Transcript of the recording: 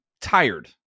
tired